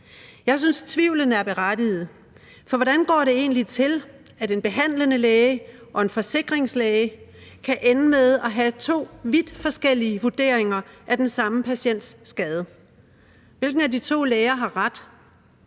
Jeg synes, tvivlen er berettiget, for hvordan går det egentlig til, at en behandlende læge og en forsikringslæge kan ende med at have to vidt forskellige vurderinger af den samme patients skade? Hvilken af de to læger har ret?